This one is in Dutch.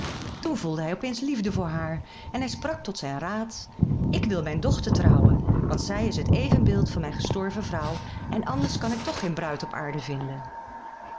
voelde hij opeens liefde voor haar en hij sprak tot zijn raad ik wil mijn dochter trouwen want zij is het evenbeeld van mijn gestorven vrouw en anders kan ik toch geen bruid op aarde vinden